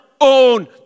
own